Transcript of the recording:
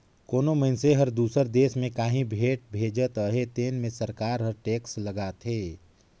कोनो मइनसे हर दूसर देस में काहीं भेंट भेजत अहे तेन में सरकार हर टेक्स लगाथे